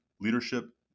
leadership